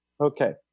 Okay